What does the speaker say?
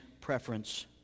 preference